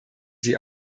sie